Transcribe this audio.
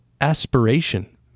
aspiration